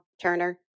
Turner